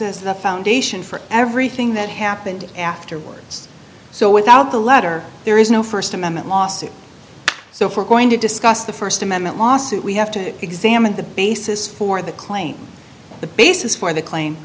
as the foundation for everything that happened afterwards so without the letter there is no st amendment lawsuit so for going to discuss the st amendment lawsuit we have to examine the basis for the claim the basis for the claim